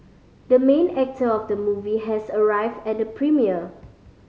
the main actor of the movie has arrived at the premiere